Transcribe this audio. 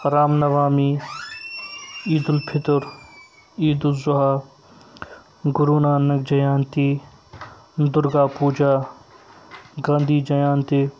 Ramnavami Eid ul Fitr Eid ul Zuha Guru Nanak Jayanti Durga Puja Gandhi Jayanti